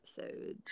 episodes